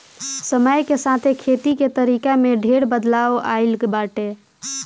समय के साथे खेती के तरीका में ढेर बदलाव आइल बाटे